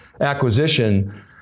acquisition